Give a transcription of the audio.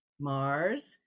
Mars